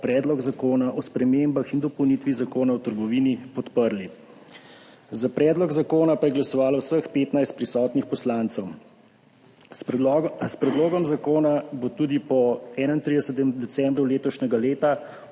Predlog zakona o spremembah in dopolnitvi Zakona o trgovini podprli, za predlog zakona pa je glasovalo vseh 15 prisotnih poslancev. S predlogom zakona bo tudi po 31. decembru letošnjega leta